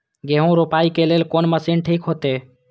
गेहूं रोपाई के लेल कोन मशीन ठीक होते?